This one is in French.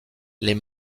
les